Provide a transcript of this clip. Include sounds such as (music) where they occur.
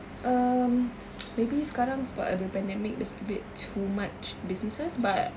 um (noise) maybe sekarang sebab ada pandemic there's a bit too much businesses but